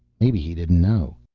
maybe he didn't know.